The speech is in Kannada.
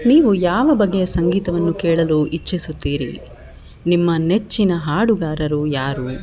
ನೀವು ಯಾವ ಬಗೆಯ ಸಂಗೀತವನ್ನು ಕೇಳಲು ಇಚ್ಛಿಸುತ್ತೀರಿ ನಿಮ್ಮ ನೆಚ್ಚಿನ ಹಾಡುಗಾರರು ಯಾರು